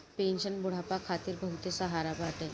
pension बुढ़ापा खातिर बहुते सहारा बाटे